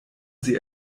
sie